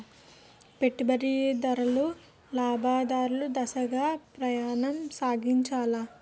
పెట్టుబడిదారులు లాభార్జన దిశగా ప్రయాణం సాగించాలి